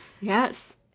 Yes